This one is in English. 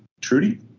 Trudy